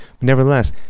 Nevertheless